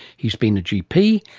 he's been a gp,